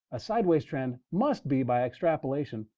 a sideways trend must be, by extrapolation,